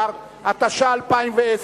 12), התש"ע 2010,